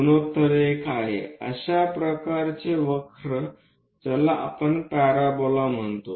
गुणोत्तर 1 आहे अशा प्रकारचे वक्रला आपण पॅराबोला म्हणतो